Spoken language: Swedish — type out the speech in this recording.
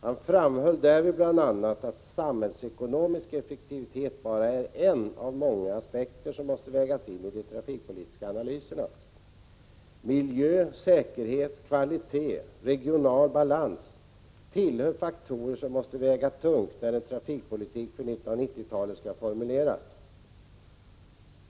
Han framhöll därvid bl.a. att samhällsekonomisk effektivitet bara är en av många aspekter som måste vägas in i de trafikpolitiska analyserna. Miljö, säkerhet, kvalitet och regional balans tillhör de faktorer som måste väga tungt när en trafikpolitik för 1990-talet skall formuleras.